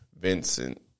Vincent